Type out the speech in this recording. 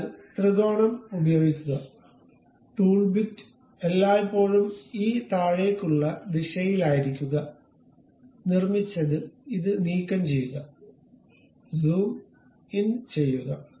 അതിനാൽ ത്രികോണം ഉപയോഗിക്കുക ടൂൾ ബിറ്റ് എല്ലായ്പ്പോഴും ഈ താഴേക്കുള്ള ദിശയിലായിരിക്കുക നിർമ്മിച്ചത് ഇത് നീക്കംചെയ്യുക സൂം ഇൻ ചെയ്യുക